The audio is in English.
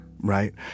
right